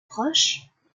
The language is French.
proches